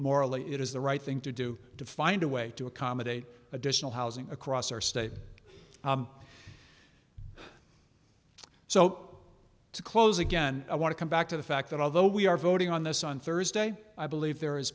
morally it is the right thing to do to find a way to accommodate additional housing across our state so to close again i want to come back to the fact that although we are voting on this on thursday i believe there is